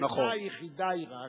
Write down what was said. השאלה היחידה היא רק